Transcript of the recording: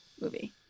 movie